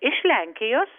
iš lenkijos